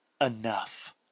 enough